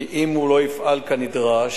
כי אם הוא לא יפעל כנדרש,